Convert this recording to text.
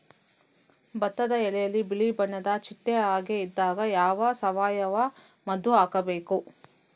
ಭತ್ತದ ಎಲೆಯಲ್ಲಿ ಬಿಳಿ ಬಣ್ಣದ ಚಿಟ್ಟೆ ಹಾಗೆ ಇದ್ದಾಗ ಯಾವ ಸಾವಯವ ಮದ್ದು ಹಾಕಬೇಕು?